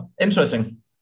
Interesting